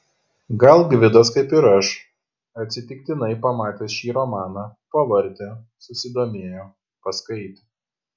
gal gvidas kaip ir aš atsitiktinai pamatęs šį romaną pavartė susidomėjo paskaitė